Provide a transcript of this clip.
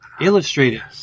Illustrated